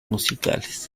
musicales